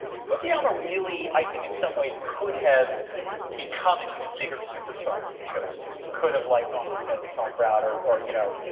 fukuyama really, i think, in some ways could have become an even bigger superstar if he chose to. he could have like on the ted talk route or or you know